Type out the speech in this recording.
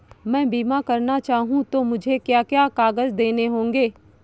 मैं बीमा करना चाहूं तो मुझे क्या क्या कागज़ देने होंगे?